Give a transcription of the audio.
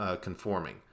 conforming